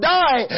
die